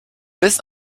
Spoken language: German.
bis